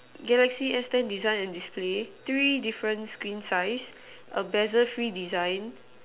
Galaxy S ten design and display three different screen size a bezel free design